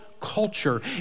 culture